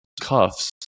cuffs